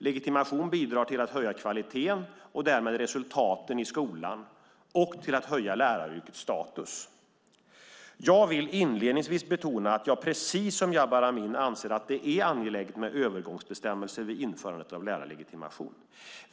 Legitimation bidrar till att höja kvaliteten, och därmed resultaten i skolan, och till att höja läraryrkets status. Jag vill inledningsvis betona att jag precis som Jabar Amin anser att det är angeläget med övergångsbestämmelser vid införandet av lärarlegitimation.